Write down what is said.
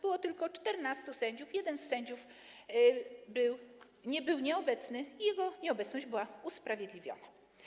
Było tylko 14 sędziów, jeden z sędziów był nieobecny, jego nieobecność była usprawiedliwiona.